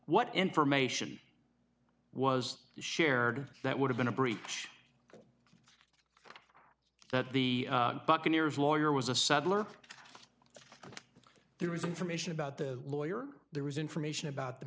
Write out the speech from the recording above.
what information was shared that would have been a breach that the buccaneers lawyer was a subtle or there was information about the lawyer there was information about the